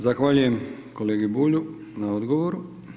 Zahvaljujem kolegi Bulju na odgovoru.